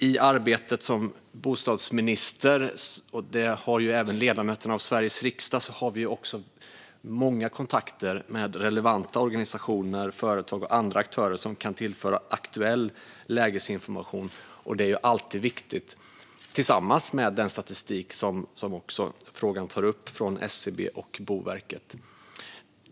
I arbetet som bostadsminister har jag, liksom ledamöterna av Sveriges riksdag, många kontakter med relevanta organisationer, företag och andra aktörer som kan tillföra aktuell lägesinformation. Detta är ju alltid viktigt, liksom den statistik från SCB och Boverket som togs upp i frågan.